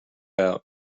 out